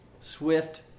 swift